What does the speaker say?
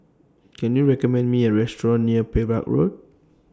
Can YOU recommend Me A Restaurant near Perak Road